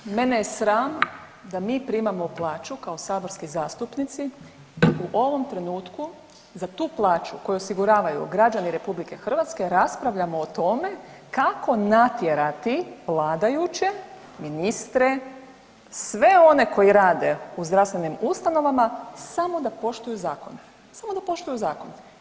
Kolegice Glasovac, mene je sram da mi primamo plaću kao saborski zastupnici u ovom trenutku za tu plaću koju osiguravaju građani RH raspravljamo o tome kako natjerati vladajuće, ministre, sve one koji rade u zdravstvenim ustanovama samo da poštuju zakone, samo da poštuju zakone.